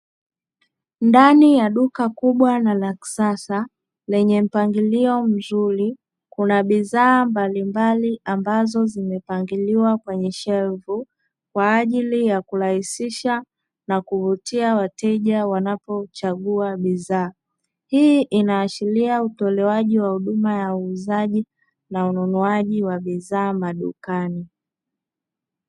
Ndani ya duka kubwa na la kisasa, lenye mpangilio mzuri kuna bidhaa mbalimbali ambazo zimepangiliwa kwenye shelvu. Kwa ajili ya kurahisisha na kuvutia wateja wanapo chagua bidhaa. Hii inaashiria utolewaji wa huduma ya uuzaji na ununuaji wa bidhaa madukani.